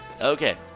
Okay